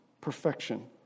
perfection